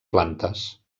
plantes